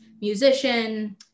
musician